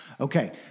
Okay